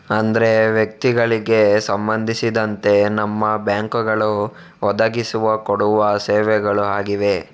ಅಂದ್ರೆ ವ್ಯಕ್ತಿಗಳಿಗೆ ಸಂಬಂಧಿಸಿದಂತೆ ನಮ್ಮ ಬ್ಯಾಂಕುಗಳು ಒದಗಿಸಿ ಕೊಡುವ ಸೇವೆಗಳು ಆಗಿವೆ